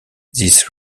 this